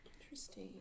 Interesting